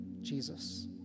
Jesus